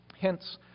Hence